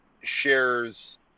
shares